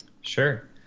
Sure